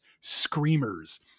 Screamers